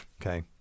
Okay